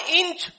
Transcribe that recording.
inch